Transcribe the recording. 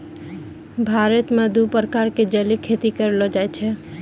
भारत मॅ दू प्रकार के जलीय खेती करलो जाय छै